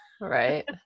Right